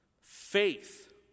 Faith